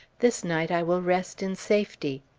this night i will rest in safety?